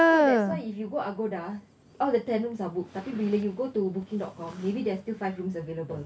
so that's why if you go agoda all the ten rooms are booked tapi bila you go to booking dot com maybe they are still five rooms available